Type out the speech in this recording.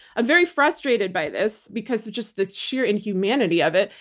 very frustrated by this because of just the sheer inhumanity of it,